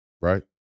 right